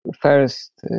first